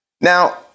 Now